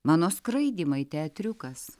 mano skraidymai teatriukas